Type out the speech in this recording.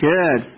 Good